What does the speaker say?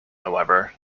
however